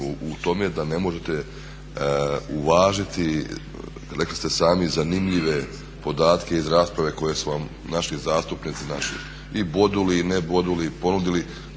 u tome da ne možete uvažiti rekli ste sami zanimljive podatke iz rasprave koje su vam naši zastupnici našli i boduli i ne boduli ponudili